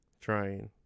Trying